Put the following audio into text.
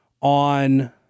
on